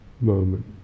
moment